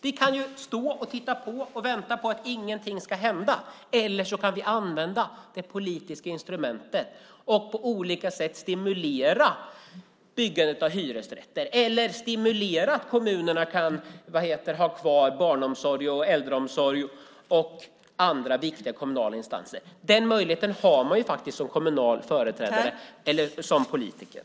Vi kan stå och titta på och vänta på att ingenting ska hända, eller också kan vi använda det politiska instrumentet och på olika sätt stimulera byggandet av hyresrätter eller stimulera kommunerna så att de kan ha kvar barnomsorg, äldreomsorg och andra viktiga kommunala instanser. Den möjligheten har man faktiskt som kommunal företrädare eller som politiker.